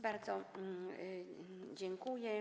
Bardzo dziękuję.